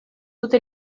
dute